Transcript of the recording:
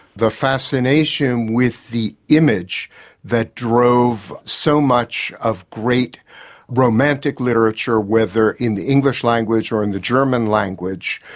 the fascination with the image that drove so much of great romantic literature, whether in the english language or in the german language,